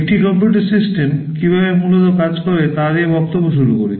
একটি computer system কীভাবে মূলত কাজ করে তা দিয়ে বক্তব্য শুরু করি